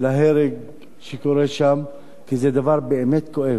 להרג שקורה שם, כי זה דבר באמת כואב,